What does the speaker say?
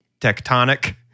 tectonic